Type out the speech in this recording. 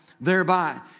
thereby